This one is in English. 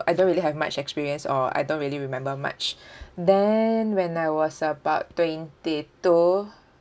I don't really have much experience or I don't really remember much then when I was about twenty-two